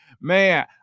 Man